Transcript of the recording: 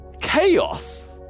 chaos